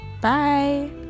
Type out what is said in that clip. Bye